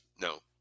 no